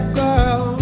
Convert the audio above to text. girl